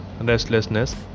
restlessness